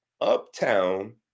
uptown